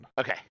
Okay